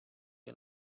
you